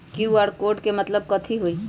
QR code के मतलब कथी होई?